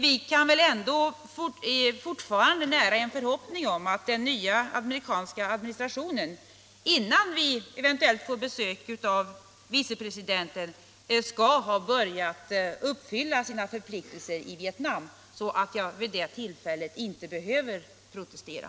Vi kan väl fortfarande nära förhoppningen att den nya amerikanska administrationen innan vi eventuellt får besök av vicepresidenten skall ha börjat uppfylla sina förpliktelser i Vietnam, så att jag vid det tillfället inte behöver protestera.